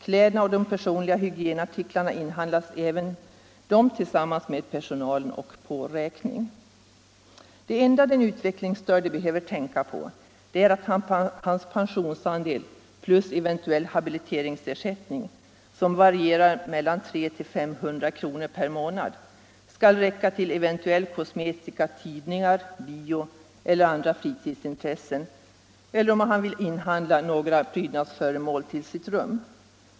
Kläderna och de personliga hygienartiklarna inhandlas även de tillsammans med personalen och på räkning. Det enda den utvecklingsstörde behöver tänka på är att hans pensionsandel plus eventuell habiliteringsersättning, som varierar mellan 300 och 500 kr. per månad, skall räcka till kosmetika, tidningar, bio och andra fritidsintressen liksom om han vill köpa några prydnadsföremål till sitt rum.